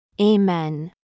Amen